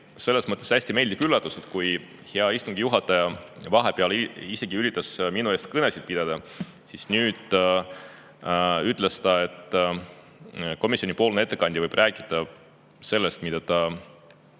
juures oli hästi meeldiv üllatus. Kui hea istungi juhataja vahepeal üritas minu eest isegi kõnesid pidada, siis nüüd ütles ta, et komisjonipoolne ettekandja võib rääkida sellest, mida ta